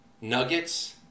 Nuggets